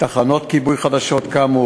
תחנות כיבוי חדשות קמו,